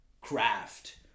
craft